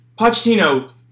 Pochettino